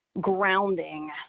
grounding